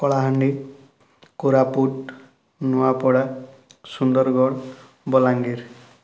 Kalahandi Koraput Nuapada Sundargarh Balangir